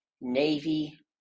Navy